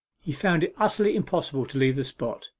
he found it utterly impossible to leave the spot.